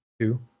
two